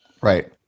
right